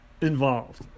involved